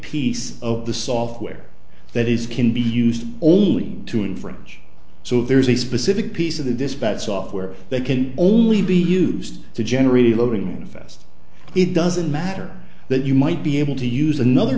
piece of the software that is can be used only to infringe so there's a specific piece of this bad software that can only be used to generate a living in a fast it doesn't matter that you might be able to use another